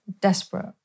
desperate